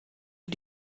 ihr